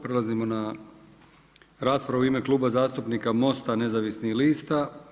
Prelazimo na raspravu u ime Kluba zastupnika Mosta nezavisnih lista.